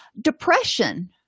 Depression